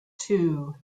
two